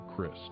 Chris